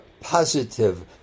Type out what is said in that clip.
positive